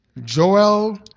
Joel